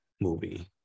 movie